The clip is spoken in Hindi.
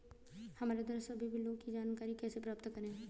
हमारे द्वारा सभी बिलों की जानकारी कैसे प्राप्त करें?